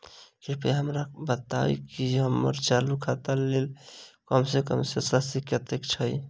कृपया हमरा बताबू की हम्मर चालू खाता लेल कम सँ कम शेष राशि कतेक छै?